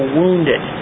wounded